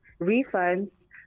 refunds